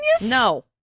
No